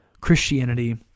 Christianity